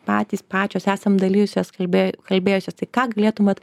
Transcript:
patys pačios esam dalijusios kalbėjau kalbėjusios tai ką galėtum vat